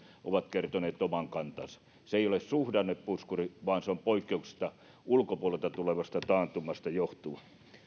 ovat kertoneet oman kantansa se ei ole suhdannepuskuri vaan poikkeuksellisesta ulkopuolelta tulevasta taantumasta johtuva